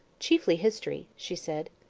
chiefly history, she said.